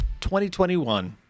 2021